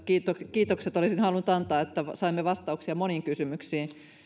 kiitokset olisin halunnut antaa että saimme vastauksia moniin kysymyksiin